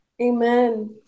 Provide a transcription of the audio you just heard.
Amen